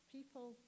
People